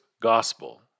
gospel